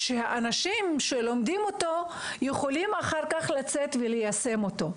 שהאנשים שלומדים אותו יכולים אחר כך לצאת וליישם אותו.